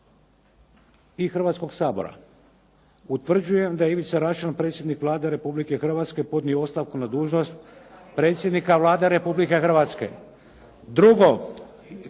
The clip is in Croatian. i Hrvatskog sabora: "Utvrđujem da je Ivica Račan, predsjednik Vlade Republike Hrvatske podnio ostavku na dužnost predsjednika Vlade Republike Hrvatske. 2.,